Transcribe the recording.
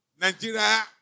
Nigeria